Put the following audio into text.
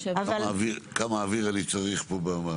כמה אוויר אני צריך פה.